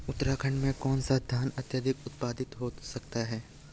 उत्तराखंड में कौन सा धान अत्याधिक उत्पादित हो सकता है?